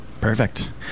Perfect